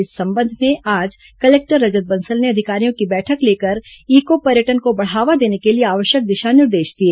इस संबंध में आज कलेक्टर रजत बंसल ने अधिकारियों की बैठक लेकर ईको पर्यटन को बढ़ावा देने को लिए आवश्यक दिशा निर्देश दिए